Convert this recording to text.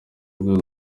rwego